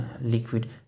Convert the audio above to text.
liquid